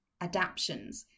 adaptions